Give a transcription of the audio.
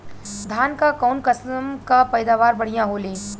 धान क कऊन कसमक पैदावार बढ़िया होले?